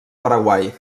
paraguai